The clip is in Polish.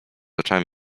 oczami